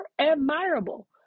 admirable